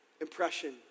impression